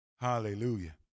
Hallelujah